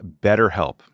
BetterHelp